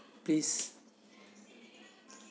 please